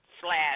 slash